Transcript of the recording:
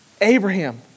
Abraham